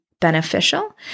beneficial